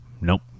Nope